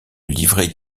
livret